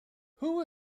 who